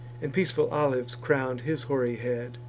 and peaceful olives crown'd his hoary head.